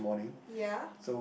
ya